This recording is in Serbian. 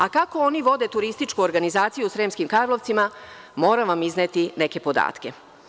A kako oni vode Turističku organizaciju u Sremskim Karlovcima, moram vam izneti neke podatke.